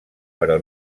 però